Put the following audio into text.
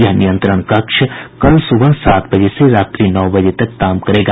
यह नियंत्रण कक्ष कल सुबह सात बजे से रात्रि नौ बजे तक काम करेगा